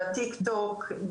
בטיקטוק,